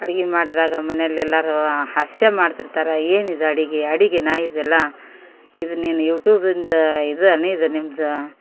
ಅಡುಗೆ ಮಾಡಿದಾಗ ಮನೇಲ್ ಎಲ್ಲರೂ ಹಾಸ್ಯ ಮಾಡ್ತಿರ್ತಾರೆ ಏನಿದೆ ಅಡುಗೆ ಅಡುಗೇನ ಇದೆಲ್ಲ ಇದು ನೀನು ಯೂಟೂಬಿಂದ ಇದೇನಿದು ನಿಮ್ದು